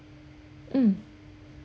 mm